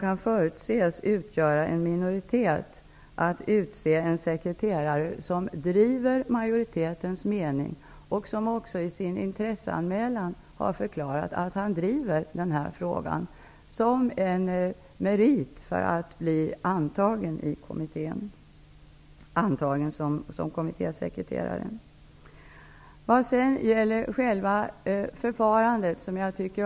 Att utse en sekreterare som driver majoritetens mening, och som också i sin intresseanmälan anger det faktum att han driver den frågan som en merit, vore dessutom ett sätt att köra över de riksdagsledamöter i kommittén som kan förutses utgöra en minoritet.